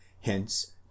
Hence